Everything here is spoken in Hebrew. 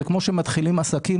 זה כמו שמתחילים עסקים,